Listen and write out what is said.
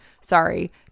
Sorry